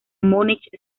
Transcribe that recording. munich